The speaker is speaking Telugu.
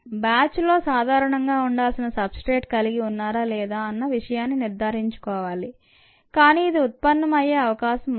బ్యాచ్ లో సాధారణంగా ఉండాల్సిన సబ్ స్ట్రేట్ కలిగి ఉన్నారా లేదా అన్న విషయాన్ని నిర్ధారించుకోవాలి కానీ ఇది ఉత్పన్నం అయ్యే అవకాశం ఉంది